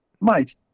Mike